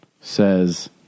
says